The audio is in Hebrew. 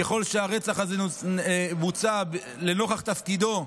ככל שהרצח הזה בוצע לנוכח תפקידו,